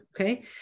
Okay